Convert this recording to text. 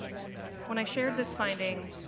when i shared this finding,